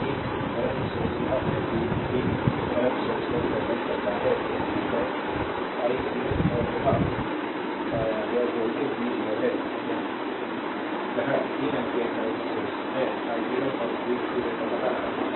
तो एक current source यह है कि ए करंट सोर्स पर डिपेंडेंट करता है जैसे कि करंट i 0 और यह your वोल्टेज v0 है और यह 3 एम्पीयर करंट सोर्स है I 0 और v0 का पता लगाना है